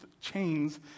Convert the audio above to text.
chains